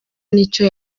n’icyo